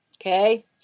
okay